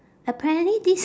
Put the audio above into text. apparently this